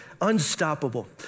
Unstoppable